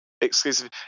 exclusive